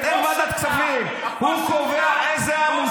הוא פנה אליי,